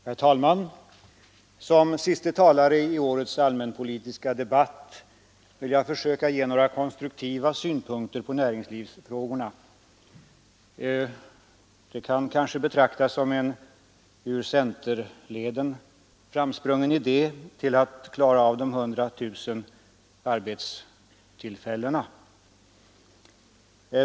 Herr talman! Som siste talare i årets allmänpolitiska debatt vill jag försöka ge några konstruktiva synpunkter på näringslivsfrågorna. Det kan kanske betraktas som en ur centerleden framsprungen idé för att klara av de 100 000 arbetstillfällena.